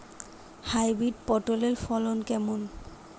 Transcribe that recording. Hybrid পটলের ফলন কেমন?